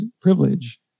privilege